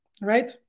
right